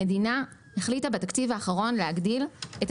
המדינה החליטה בתקציב האחרון להגדיל ב-25%